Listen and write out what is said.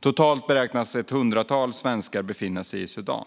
Totalt beräknas ett hundratal svenskar befinna sig i Sudan.